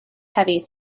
heavy